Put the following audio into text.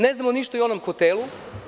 Ne znamo ništa ni o onom hotelu.